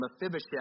Mephibosheth